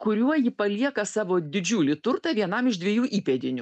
kuriuo ji palieka savo didžiulį turtą vienam iš dviejų įpėdinių